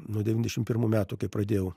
nuo devyniasdešimt pirmų metų kai pradėjau